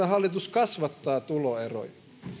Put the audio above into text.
hallitus kasvattaa tuloeroja